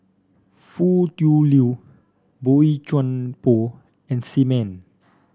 Foo Tui Liew Boey Chuan Poh and Sim Man